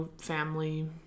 family